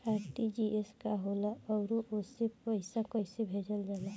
RTGS का होला आउरओ से पईसा कइसे भेजल जला?